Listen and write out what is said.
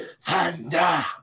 Thunder